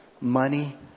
money